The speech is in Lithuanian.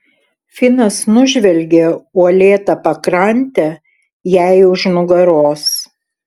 finas nužvelgė uolėtą pakrantę jai už nugaros